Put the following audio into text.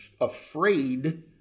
afraid